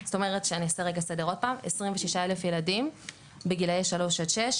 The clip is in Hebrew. אני אעשה רגע סדר עוד פעם 26,000 ילדים בגילאי 3-6,